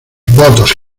votos